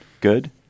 good